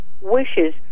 wishes